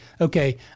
okay